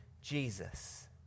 Jesus